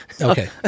Okay